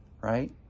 Right